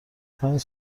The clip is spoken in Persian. پنج